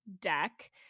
deck